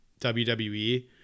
WWE